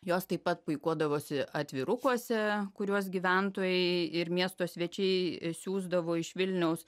jos taip pat puikuodavosi atvirukuose kuriuos gyventojai ir miesto svečiai siųsdavo iš vilniaus